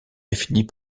définis